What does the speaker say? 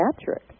Patrick